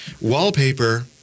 Wallpaper